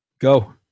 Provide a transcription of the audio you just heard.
Go